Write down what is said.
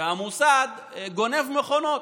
והמוסד גונב מכונות,